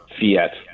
fiat